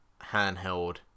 handheld